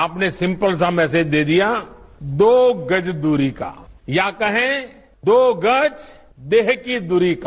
आपने सिम्पल सा मैसेज दे दिया दो गज दूरी का या कहे कि दो गज देह की दूरी का